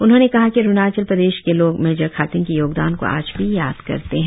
उन्होंने कहा कि अरुणाचल प्रदेश के लोग मेजर खाथिंग के योगदान को आज भी याद करते है